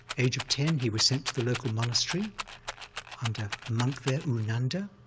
age of ten, he was sent to the local monastery under a monk there, u nanda,